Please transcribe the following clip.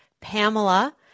Pamela